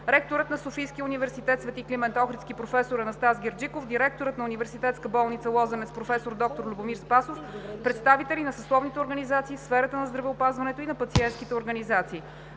ректорът на Софийския университет „Св. Климент Охридски“ проф. Анастас Герджиков, директорът на Университетска болница „Лозенец“ професор доктор Любомир Спасов, представители на съсловните организации в сферата на здравеопазването и на пациентските организации.